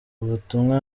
ubutumwa